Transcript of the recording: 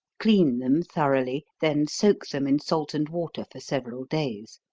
clean them thoroughly, then soak them in salt and water, for several days.